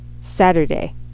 Saturday